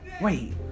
Wait